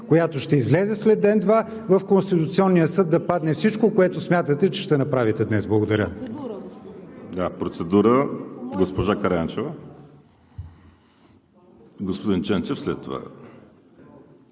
която ще излезе след ден-два, в Конституционния съд да падне всичко, което смятате, че ще направите днес! Благодаря.